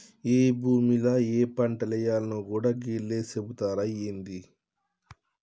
ఏ భూమిల ఏ పంటేయాల్నో గూడా గీళ్లే సెబుతరా ఏంది?